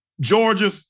Georgia